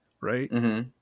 right